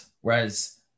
Whereas